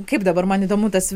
kaip dabar man įdomu tas